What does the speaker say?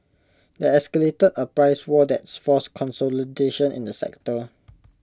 that escalated A price war that's forced consolidation in the sector